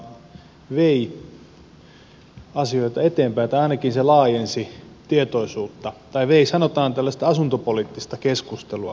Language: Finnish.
minusta tämä välikysymyskeskustelu tällä kertaa vei asioita eteenpäin tai ainakin se laajensi tietoisuutta tai vei sanotaan tällaista asuntopoliittista keskustelua eteenpäin